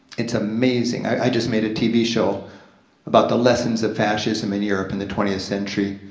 it's amazing, i just made a tv show about the lessons of fascism in europe in the twentieth century,